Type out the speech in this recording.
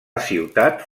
ciutat